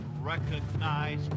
recognize